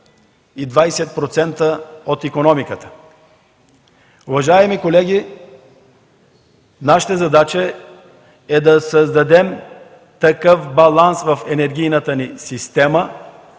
и 20% – от икономиката. Уважаеми колеги, наша задача е да създадем баланс в енергийната ни система